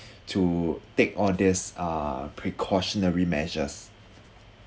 to take all this uh precautionary measures